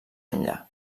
enllà